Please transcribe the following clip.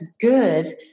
good